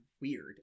weird